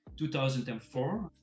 2004